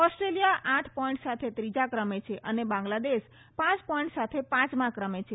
ઓસ્ટ્રેલિયામાં આઠ પોઈન્ટ સાથે ત્રીજા ક્રમે છે અને બાંગ્લાદેશ પાંચ પોઈન્સ સાથે પાંચમા ક્રમે છે